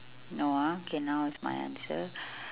no ah okay now is my answer